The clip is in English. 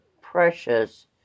precious